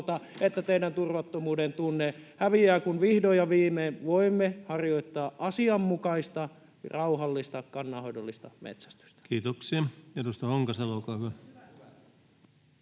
että teidän turvattomuuden tunteenne häviää, kun vihdoin ja viimein voimme harjoittaa asianmukaista ja rauhallista kannanhoidollista metsästystä. [Speech 158] Speaker: Ensimmäinen